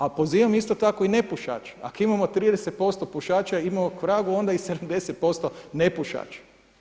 A pozivam isto tako i nepušače, ako imamo 30% pušaća imamo kvragu onda i 70% nepušača.